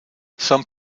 some